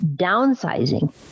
downsizing